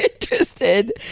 interested